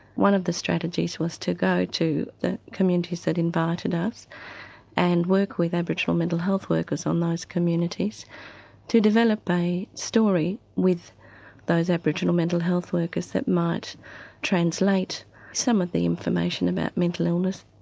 one of the strategies was to go to the communities that invited us and work with aboriginal mental health workers on those communities to develop a story with those aboriginal mental health workers that might translate some of the information about mental illness,